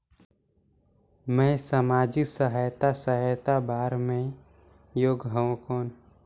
मैं समाजिक सहायता सहायता बार मैं योग हवं कौन?